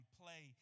play